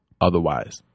otherwise